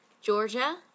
Georgia